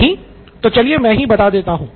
नहीं तो चलिये मैं ही बता देता हूँ